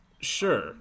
Sure